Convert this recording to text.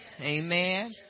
amen